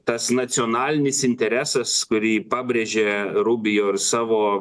tas nacionalinis interesas kurį pabrėžė rubio ir savo